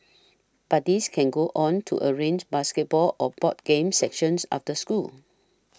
buddies can go on to arrange basketball or board games sections after school